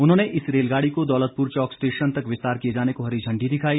उन्होंने इस रेलगाड़ी को दौलतपुर चौक स्टेशन तक विस्तार किए जाने को हरी झण्डी दिखाई